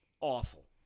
Awful